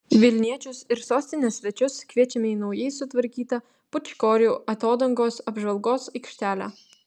vilniečius ir sostinės svečius kviečiame į naujai sutvarkytą pūčkorių atodangos apžvalgos aikštelę